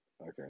Okay